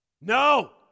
no